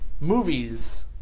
movies